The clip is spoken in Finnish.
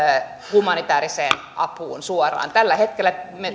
humanitääriseen apuun suoraan tällä hetkellä me